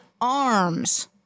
arms